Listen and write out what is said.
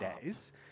days